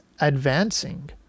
advancing